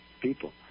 people